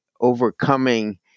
overcoming